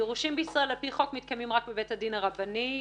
גירושין בישראל על פי חוק מתקיימים רק בבית הדין הרבני,